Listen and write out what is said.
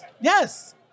yes